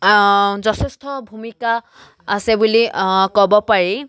যথেষ্ট ভূমিকা আছে বুলি ক'ব পাৰি